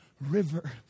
river